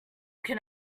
can